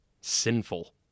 sinful